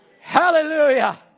Hallelujah